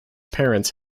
parents